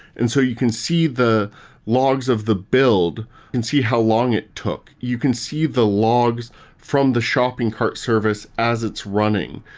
and so you can see the logs of the build and see how long it took. you can see the logs from the shopping cart service as it's running.